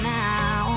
now